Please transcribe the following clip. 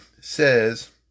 says